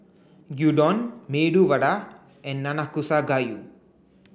Gyudon Medu Vada and Nanakusa gayu